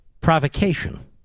provocation